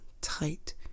tight